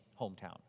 hometown